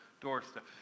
doorstep